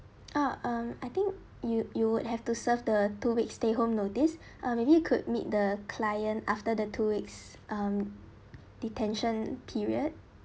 ah um I think you you would have to serve the two week stay home notice uh maybe you could meet the client after the two weeks um detention period